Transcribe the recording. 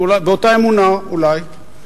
באותה אמונה אולי.